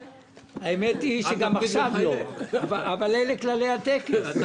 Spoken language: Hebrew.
האמת היא שגם עכשיו לא אבל אלה כללי הטקס.